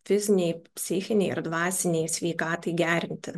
fizinei psichinei ir dvasinei sveikatai gerinti